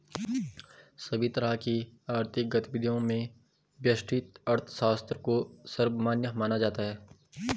सभी तरह की आर्थिक गतिविधियों में व्यष्टि अर्थशास्त्र को सर्वमान्य माना जाता है